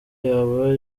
yaba